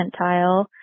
percentile